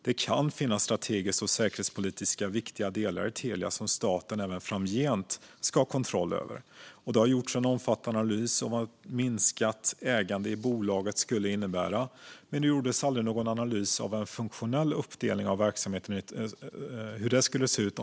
Det kan finnas strategiskt och säkerhetspolitiskt viktiga delar i Telia som staten även framgent ska ha kontroll över, och det har gjorts en omfattande analys av vad ett minskat ägande i bolaget skulle innebära. Men det gjordes aldrig någon analys av en funktionell uppdelning av verksamheten i två delar och hur detta skulle se ut.